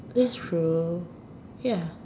that's true ya